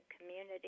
community